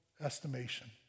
estimation